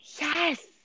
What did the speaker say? yes